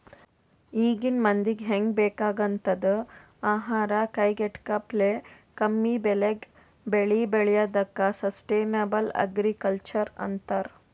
ಈಗಿನ್ ಮಂದಿಗ್ ಹೆಂಗ್ ಬೇಕಾಗಂಥದ್ ಆಹಾರ್ ಕೈಗೆಟಕಪ್ಲೆ ಕಮ್ಮಿಬೆಲೆಗ್ ಬೆಳಿ ಬೆಳ್ಯಾದಕ್ಕ ಸಷ್ಟನೇಬಲ್ ಅಗ್ರಿಕಲ್ಚರ್ ಅಂತರ್